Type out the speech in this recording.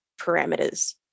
parameters